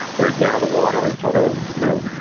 where, yeah, the water is sort of, you know,